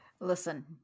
listen